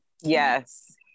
yes